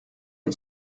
une